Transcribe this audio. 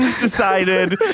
decided